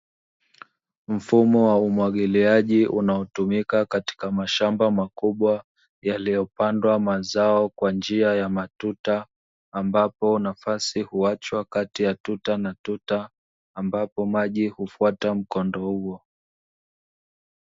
Mfumo wa umwagiliaji unaotumika katika mashamba makubwa yaliyopandwa mazao kwa njia ya matuta, ambapo nafasi huachwa kati ya tuta na tuta, ambapo maji hufuata mkondo huo.